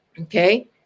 Okay